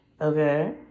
Okay